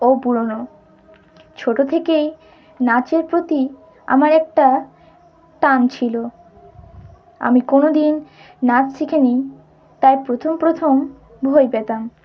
ও পুরনো ছোটো থেকেই নাচের প্রতি আমার একটা টান ছিল আমি কোনো দিন নাচ শিখি নি তাই প্রথম প্রথম ভয় পেতাম